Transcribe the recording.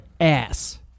ass